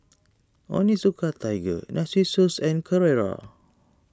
Onitsuka Tiger Narcissus and Carrera